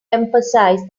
emphasized